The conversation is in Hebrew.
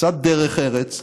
קצת דרך ארץ,